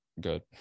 good